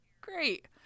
Great